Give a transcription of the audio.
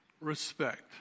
Respect